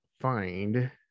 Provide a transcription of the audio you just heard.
find